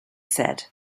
said